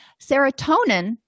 Serotonin